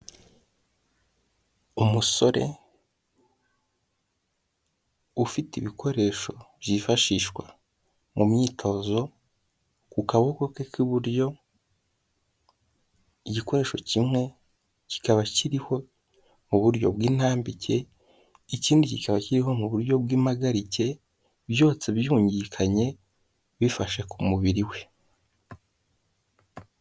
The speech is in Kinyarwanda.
Umusore ufite ibikoresho byifashishwa mu myitozo. Ku kaboko ke k'iburyo igikoresho kimwe kikaba kiriho mu buryo bw'intambike, ikindi kikaba kiriho mu buryo bw'impagarike byosetsa byugikanye bifashe ku mubiri we.